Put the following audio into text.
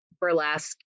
burlesque